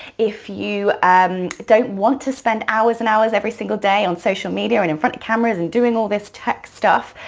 if you um don't want to spend hours and hours every single day on social media or and in front of cameras and doing all this tech stuff,